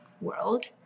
world